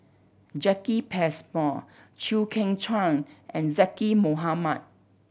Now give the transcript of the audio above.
Jacki Passmore Chew Kheng Chuan and Zaqy Mohamad